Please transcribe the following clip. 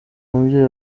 umubyeyi